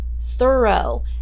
thorough